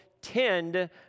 tend